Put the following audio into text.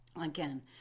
again